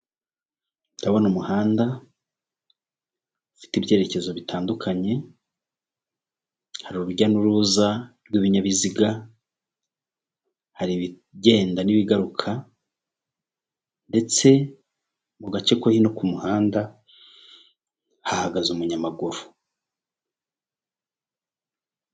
Ndabona umuhanda ufite ibyerekezo bitandukanye, hari urujya n'uruza rw'ibinyabiziga, hari ibigenda n'ibigaruka ndetse mu gace ko hino k'umuhanda hahagaze umunyamaguru.